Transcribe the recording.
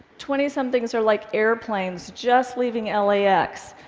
twentysomethings are like airplanes just leaving lax,